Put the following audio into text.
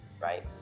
right